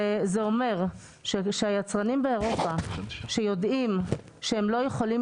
זה אומר שהיצרנים באירופה שיודעים שהם לא יכולים